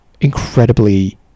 incredibly